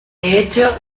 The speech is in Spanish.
hecho